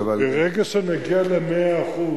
אבל, ברגע שנגיע ל-100%,